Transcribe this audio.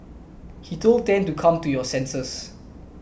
he told Tan to come to your senses